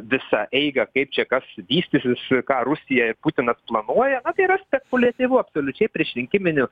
visą eigą kaip čia kas vystys ką rusija ir putinas planuoja na tai yra spekuliatyvu absoliučiai priešrinkiminiu